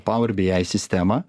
pauerbyai sistemą